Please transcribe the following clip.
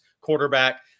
quarterback